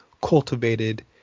cultivated